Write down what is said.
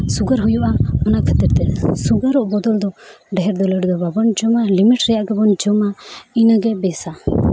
sugar ᱦᱩᱭᱩᱜᱼᱟ ᱚᱱᱟ ᱠᱷᱟᱹᱛᱤᱨ ᱛᱮ ᱥᱩᱜᱟᱨᱚᱜ ᱵᱚᱫᱚᱞ ᱫᱚ ᱰᱷᱮᱨ ᱫᱚ ᱞᱟᱹᱰᱩ ᱫᱚ ᱵᱟᱵᱚᱱ ᱡᱚᱢᱟ ᱞᱤᱢᱤᱴ ᱨᱮᱭᱟᱜ ᱜᱮᱵᱚᱱ ᱡᱚᱢᱟ ᱤᱱᱟᱹᱜᱮ ᱵᱮᱥᱟ